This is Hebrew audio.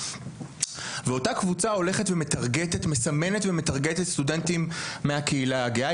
ואותה קבוצה הולכת ומתרגטת סטודנטים מהקהילה הגאה,